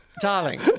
Darling